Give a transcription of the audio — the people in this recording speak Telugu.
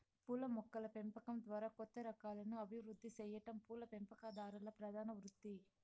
పూల మొక్కల పెంపకం ద్వారా కొత్త రకాలను అభివృద్ది సెయ్యటం పూల పెంపకందారుల ప్రధాన వృత్తి